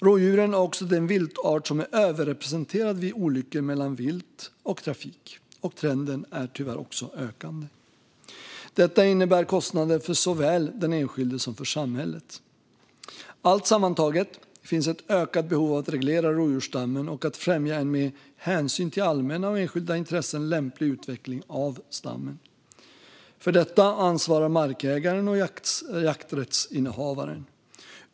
Rådjuren är också den viltart som är överrepresenterad vid olyckor mellan vilt och trafik, och trenden är tyvärr också ökande. Detta innebär kostnader såväl för den enskilde som för samhället. Allt sammantaget finns ett ökat behov av att reglera rådjursstammen och att främja en med hänsyn till allmänna och enskilda intressen lämplig utveckling av stammen. För detta ansvarar markägaren och jakträttsinnehavaren.